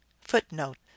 Footnote